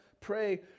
pray